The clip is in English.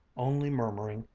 only murmuring,